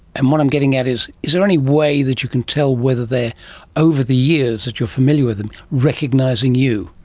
and what i'm getting at is, is there any way that you can tell whether they're over the years that you're familiar with them, recognising you?